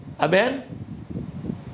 amen